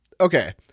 okay